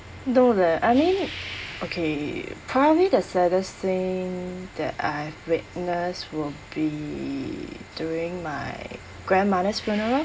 no leh I mean okay currently the saddest thing that I've witnessed will be during my grandmother's funeral